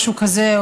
משהו כזה,